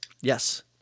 Yes